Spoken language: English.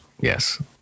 Yes